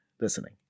listening